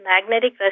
magnetic